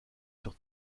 sur